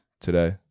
Today